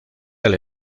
del